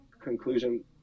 conclusion